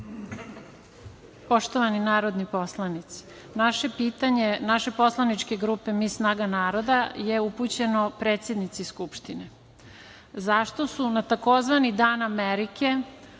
Poštovani narodni poslanici, pitanje naše poslaničke grupe Mi - Snaga naroda je upućena predsednici Skupštine. Zašto su se na tzv. „Dan Amerike“